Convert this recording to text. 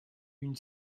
une